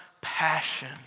passion